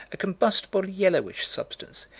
a combustible yellowish substance,